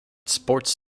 sports